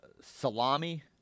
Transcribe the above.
salami